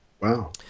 Wow